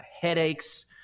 headaches